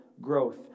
growth